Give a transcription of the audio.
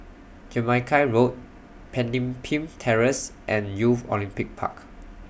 Jamaica Road Pemimpin Terrace and Youth Olympic Park